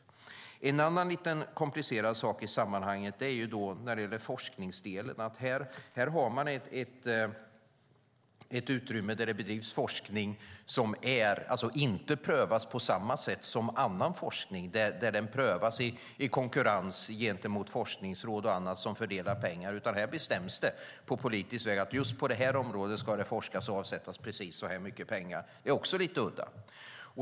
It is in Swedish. Det finns en annan lite komplicerad sak i sammanhanget när det gäller forskningsdelen. Här har man ett utrymme där det bedrivs forskning som alltså inte prövas på samma sätt som annan forskning, som prövas i konkurrens gentemot forskningsråd och andra som fördelar pengar. Här bestäms det på politisk väg att det just på det här området ska forskas och avsättas så här mycket pengar. Det är också lite udda.